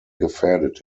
gefährdet